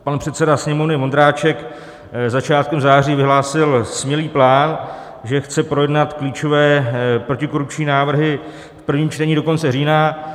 Pan předseda Sněmovny Vondráček začátkem září vyhlásil smělý plán, že chce projednat klíčové protikorupční návrhy v prvním čtení do konce října.